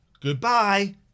goodbye